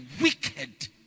wicked